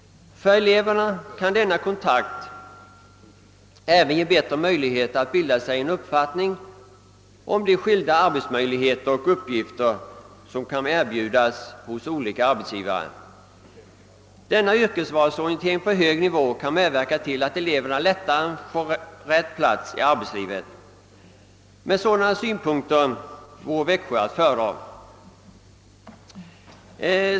För eleverna kan denna kontakt även ge bättre möjligheter att bilda sig en uppfattning om de skilda arbetsmöjligheter och uppgifter, som kan erbjudas hos olika arbetsgivare. Denna yrkesvalsorientering på hög nivå kan medverka till att eleverna lättare finner sin rätta plats i arbetslivet. Från dessa synpunkter vore Växjö att föredra i detta sammanhang.